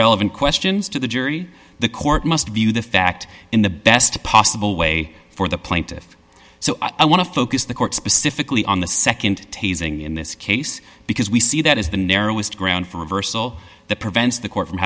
relevant questions to the jury the court must view the fact in the best possible way for the plaintiff so i want to focus the court specifically on the nd teasing in this case because we see that is the narrowest ground for reversal that prevents the court from